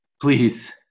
Please